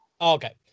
Okay